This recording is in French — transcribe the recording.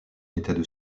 n’étaient